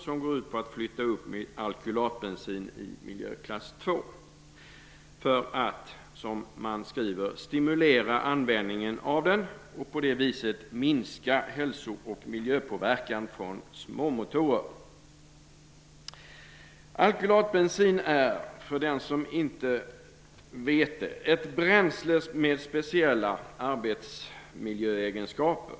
Den går ut på att flytta upp alkylatbensin i miljöklass 2 för att, som man skriver, stimulera användningen av den och på det sättet minska hälso och miljöpåverkan från små motorer. Alkylatbensin är, för den som inte vet det, ett bränsle med speciella arbetsmiljöegenskaper.